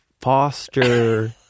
Foster